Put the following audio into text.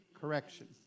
correction